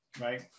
Right